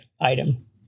item